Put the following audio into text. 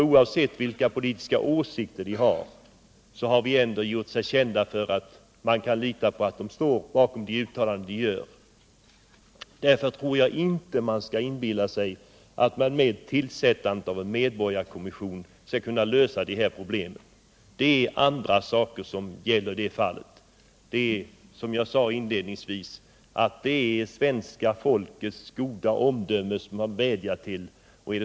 Oavsett politiska åsikter har de gjort sig kända för att man kan lita på att de står bakom de uttalanden de gör. Därför tror jag inte att man skall inbilla sig att man i och med tillsättandet av en medborgarkommission skall kunna lösa problemen. Det är andra saker som gäller i det fallet. Det är, som jag sade inledningsvis, svenska folkets goda omdöme man vädjar till.